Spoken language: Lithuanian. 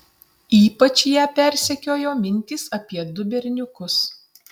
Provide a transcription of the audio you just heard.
ypač ją persekiojo mintys apie du berniukus